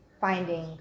finding